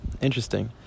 Interesting